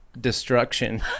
destruction